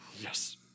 Yes